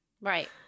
Right